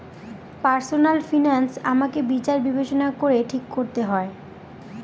personal finance আমাকে বিচার বিবেচনা করে ঠিক করতে হয়